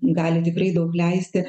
gali tikrai daug leisti